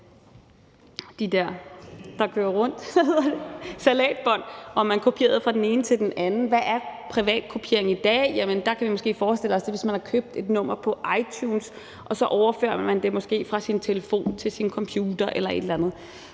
de der, der kører rundt? – kasettebånd og man kopierede fra det ene til det andet. Hvad er privatkopiering i dag? Der kan vi måske forestille os, at det er, hvis man har købt et nummer på iTunes og man så måske overfører det fra sin telefon til sin computer – eller et eller andet